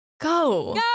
Go